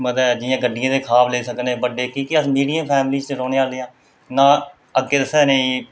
मतलब जि'यां गड्डियें दे खाब नेईं लेई सकने बड्डे की के अस मिडियम फैमिली च रौह्ने आह्लें आं अग्गें असें